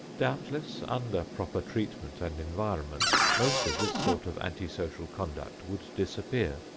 doubtless under proper treatment and environment most of this sort of anti-social conduct would disappear,